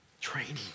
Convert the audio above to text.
Training